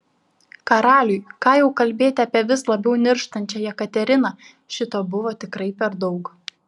karaliui ką jau kalbėti apie vis labiau nirštančią jekateriną šito buvo tikrai per daug